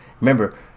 Remember